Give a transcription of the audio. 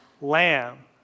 lamb